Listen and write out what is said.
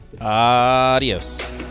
Adios